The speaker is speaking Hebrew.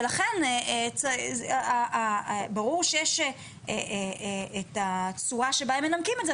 ולכן ברור שיש את הצורה שבה הם מנמקים את זה,